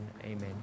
amen